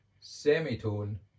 semitone